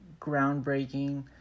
groundbreaking